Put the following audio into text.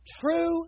True